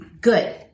Good